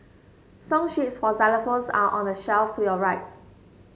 song sheets for xylophones are on the shelf to your rights